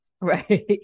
right